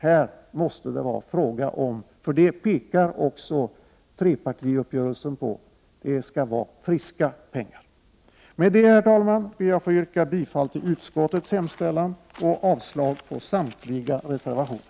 Här måste det vara fråga om — det betonas också i trepartiuppgörelsen — friska pengar. Med detta, herr talman, ber jag att få yrka bifall till utskottets hemställan och avslag på samtliga reservationer.